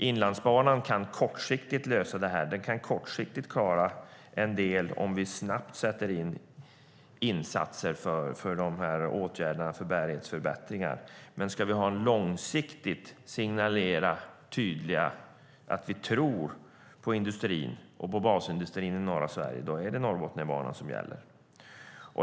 Inlandsbanan kan kortsiktigt lösa det här och klara en del om vi snabbt sätter in insatser för bärighetsförbättring. Men ska vi långsiktigt och tydligt signalera att vi tror på industrin och basindustrin i norra Sverige är det Norrbotniabanan som gäller.